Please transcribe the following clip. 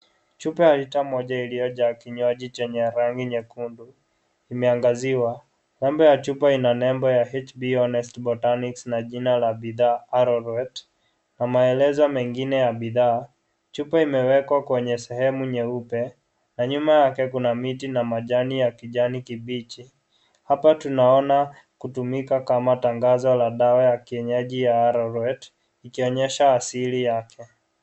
Chupa alitoa moja iliyojaa kinywaji chenye rangi nyekundu imeangaziwa, nembo ya chupa ina nembo ya HB Honest Botanics na jina la bidhaa, Arorwet, na maelezo mengine ya bidhaa. Chupa imewekwa kwenye sehemu nyeupe na nyuma yake kuna miti na majani ya kijani kibichi. Hapa, tunaona kutumika kama tangazo la dawa ya kienyeji ya Arorwet, ikionyesha asili yake.